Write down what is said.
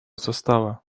состава